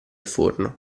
forno